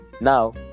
now